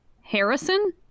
Harrison